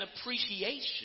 appreciation